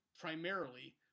primarily